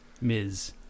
Ms